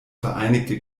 vereinigte